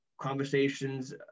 conversations